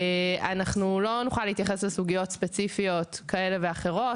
לא נוכל להתייחס לסוגיות ספציפיות כאלה ואחרות,